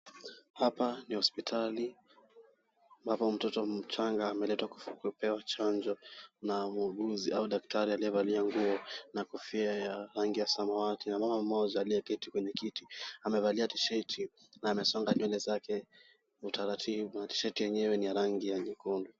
Hapa ni hospitali ambapo mtoto mchanga ameletwa kupewa chanjo na muuguzi au daktari aliyevalia nguo na kofia ya rangi ya samawati na mama mmoja aliyeketi kwenye kiti amevalia tisheti na amesonga nywele zake kwa utaratibu na tisheti yake ni ya rangi ya nyekundu.